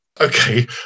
Okay